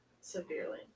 severely